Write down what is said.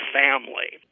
family